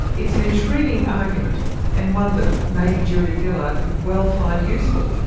it's an intriguing argument and one that maybe julia gillard could well find useful.